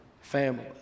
family